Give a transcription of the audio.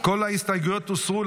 כל ההסתייגויות הוסרו,